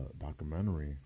documentary